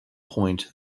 point